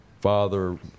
father